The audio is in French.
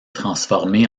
transformés